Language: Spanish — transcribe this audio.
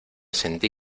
sentí